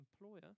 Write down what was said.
employer